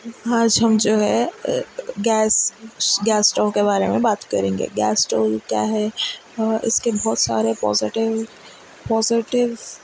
آج ہم جو ہے گیس گیس سٹرو کے بارے میں بات کریں گے گیس سٹرو یہ کیا ہے اس کے بہت سارے پازیٹیو پازیٹیو